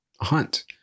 hunt